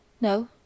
No